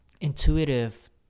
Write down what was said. intuitive